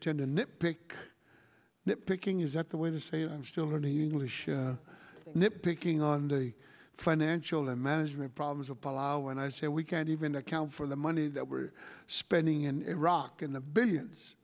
tend to nitpick nit picking is that the way to say i'm still learning english nit picking on the financial management problems of palau when i say we can't even account for the money that we're spending in iraq in the billions